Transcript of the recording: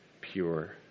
pure